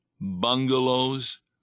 bungalows